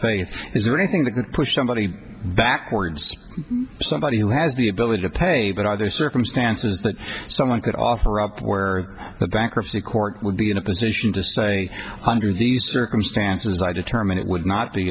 faith is there anything that can push somebody backwards somebody who has the ability to pay but are there circumstances that someone could offer up where the bankruptcy court would be in a position to say under these circumstances i determine it would not be